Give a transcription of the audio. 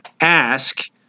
ask